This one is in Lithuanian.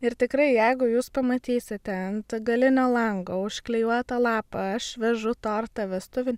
ir tikrai jeigu jūs pamatysite ant galinio lango užklijuotą lapą aš vežu tortą vestuvin